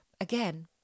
again